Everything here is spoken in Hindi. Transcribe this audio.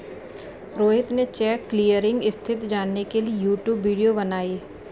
रोहित ने चेक क्लीयरिंग स्थिति जानने के लिए यूट्यूब वीडियो बनाई